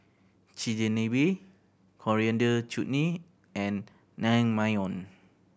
Chigenabe Coriander Chutney and Naengmyeon